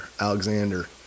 alexander